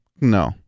No